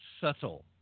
subtle